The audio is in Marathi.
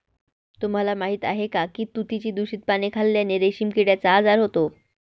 तुम्हाला माहीत आहे का की तुतीची दूषित पाने खाल्ल्याने रेशीम किड्याचा आजार होतो